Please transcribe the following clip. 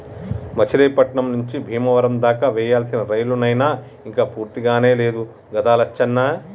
మచిలీపట్నం నుంచి బీమవరం దాకా వేయాల్సిన రైలు నైన ఇంక పూర్తికానే లేదు గదా లచ్చన్న